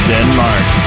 Denmark